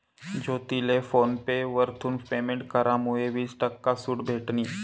ज्योतीले PhonePe वरथून payment करामुये वीस टक्का सूट भेटनी